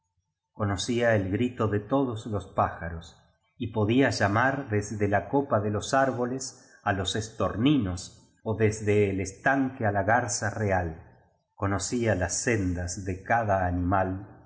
conocía el grito de todos los pájaros y podía llamar desde la copa de los árboles á los estorninos ó desde el estanque á la garza real conocía las sendas de cada animal